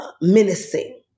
menacing